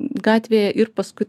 gatvėje ir paskui